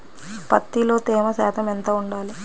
పత్తిలో తేమ శాతం ఎంత ఉండాలి?